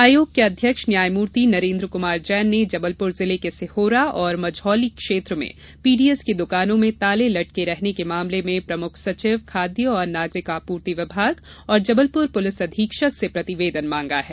आयोग के अध्यक्ष न्यायमूर्ति नरेन्द्र कुमार जैन ने जबलपुर जिले के सिहोरा और मझौली क्षेत्र में पीडीएस की दुकानों में ताले लटके रहने के मामले में प्रमुख सचिव खाद्य और नागरिक आपूर्ति विमाग और जबलपुर पुलिस अधीक्षक से प्रतिवेदन मांगा है